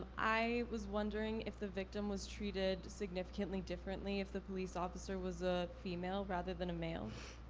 i was wondering if the victim was treated significantly differently if the police officer was a female rather than a male.